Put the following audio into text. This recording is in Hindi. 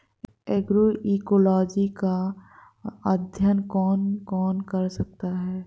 एग्रोइकोलॉजी का अध्ययन कौन कौन कर सकता है?